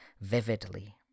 vividly